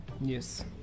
yes